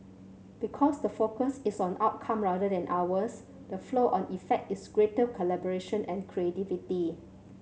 because the focus is on outcome rather than hours the flow on effect is greater collaboration and creativity